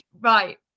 Right